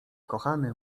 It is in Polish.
kochany